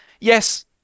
yes